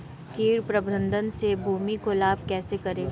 कीट प्रबंधन से भूमि को लाभ कैसे होता है?